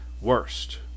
worst